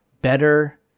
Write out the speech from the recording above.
better